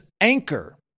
anchor